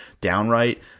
downright